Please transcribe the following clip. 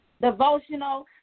devotional